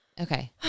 Okay